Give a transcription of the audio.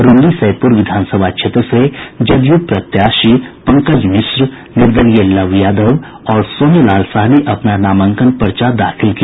रून्नीसैदपुर विधानसभा क्षेत्र से जदयू प्रत्याशी पंकज मिश्रा निर्दलीय लव यादव और सोने लाल साह ने अपना नामांकन पर्चा दाखिल किया